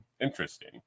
interesting